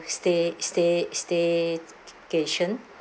stay~ stay~ staycation